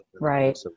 right